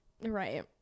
Right